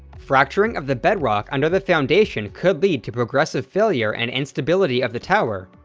fracturing of the bedrock under the foundation could lead to progressive failure and instability of the tower,